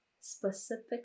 specific